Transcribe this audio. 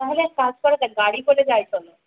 তাহলে এক কাজ করা যাক গাড়ি করে যাই চলো